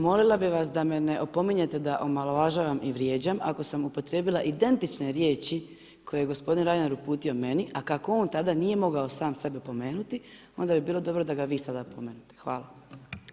Molila bih vas da me ne opominjete da omalovažavam i vrijeđam ako sam upotrijebila identične riječi koje je gospodin Reiner uputio meni, a kako on tada nije mogao sam sebe opomenuti, onda bi bilo dobro da ga vi sada opomenete.